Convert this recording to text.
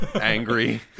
angry